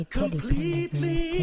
completely